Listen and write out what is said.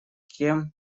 кем